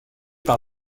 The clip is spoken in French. par